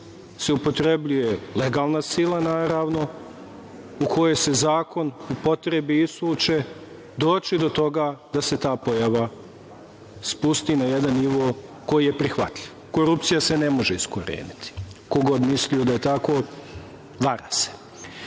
se upotrebljava legalna sila, naravno, u kojoj se zakon upotrebi i isuče, doći će do toga da se ta pojava spusti na jedan nivo koji je prihvatljiv. Korupcija se ne može iskoreniti. Ko god mislio da je tako, vara